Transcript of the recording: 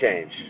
change